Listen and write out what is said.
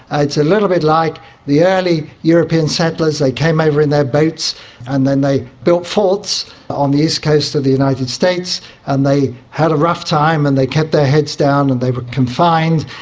it's a little bit like the early european settlers, they came over in their boats and then they built forts on the east coast of the united states and they had a rough time and they kept their heads down and they were confined,